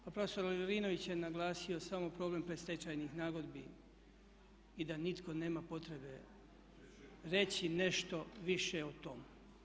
Pa prof. Lovrinović je naglasio samo problem predstečajnih nagodbi i da nitko nema potrebe reći nešto više o tome.